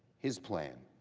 his plan.